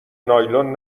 نایلون